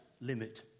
limit